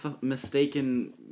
mistaken